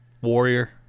Warrior